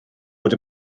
bod